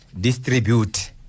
distribute